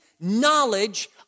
knowledge